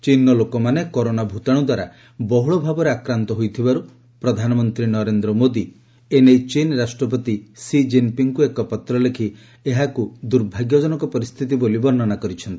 ଚୀନର ଲୋକମାନେ କରୋନା ଭୂତାଣୁ ଦ୍ୱାରା ବହୁଳ ଭାବରେ ଆକ୍ରାନ୍ତ ହୋଇଥିବାରୁ ପ୍ରଧାନମନ୍ତ୍ରୀ ନରେନ୍ଦ୍ର ମୋଦି ଏ ନେଇ ଚୀନ ରାଷ୍ଟ୍ରପତି ସି ଜିନ୍ପିଙ୍ଗ୍ଙ୍କୁ ଏକ ପତ୍ର ଲେଖି ଏହାକୁ ଏକ ଦୁର୍ଭାଗ୍ୟଜନକ ପରିସ୍ଥିତି ବୋଲି ବର୍ଷ୍ଣନା କହିଛନ୍ତି